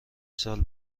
سال